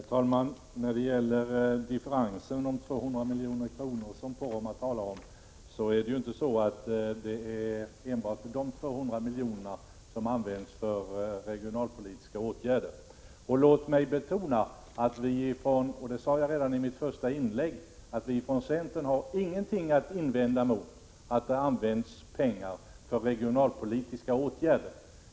Herr talman! Det är inte enbart den differens på 200 milj.kr., som Bruno Poromaa talade om, som används för regionalpolitiska åtgärder. Låt mig betona att vi från centern, det sade jag redan i mitt första inlägg, inte har någonting att invända mot att det används pengar för regionalpolitiska åtgärder.